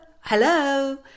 hello